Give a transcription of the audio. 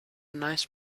nice